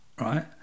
right